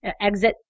exit